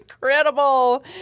incredible